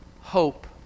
hope